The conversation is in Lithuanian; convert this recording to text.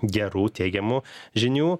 gerų teigiamų žinių